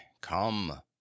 Come